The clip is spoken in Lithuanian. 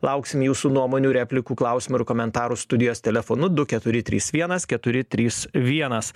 lauksim jūsų nuomonių replikų klausimų ir komentarų studijos telefonu du keturi trys vienas keturi trys vienas